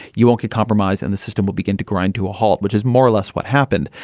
you won't see compromise and the system will begin to grind to a halt, which is more or less what happened.